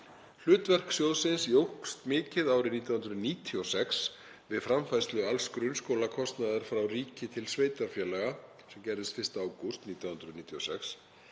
Hlutverk sjóðsins jókst mikið árið 1996 við yfirfærslu alls grunnskólakostnaðar frá ríki til sveitarfélaga, sem gerðist 1. ágúst 1996,